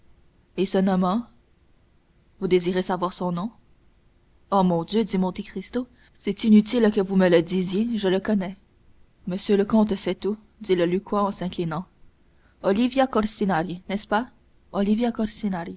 et se nommant vous désirez savoir son nom oh mon dieu dit monte cristo c'est inutile que vous me le disiez je le connais monsieur le comte sait tout dit le lucquois en s'inclinant olivia corsinari n'est-ce pas olivia